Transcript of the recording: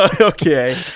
Okay